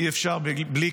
אי-אפשר בלי